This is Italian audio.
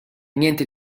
niente